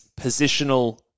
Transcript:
positional